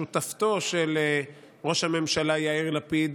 שותפתו של ראש הממשלה יאיר לפיד